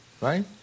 Right